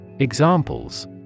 Examples